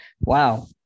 wow